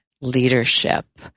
Leadership